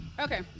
Okay